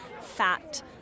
fat